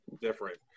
different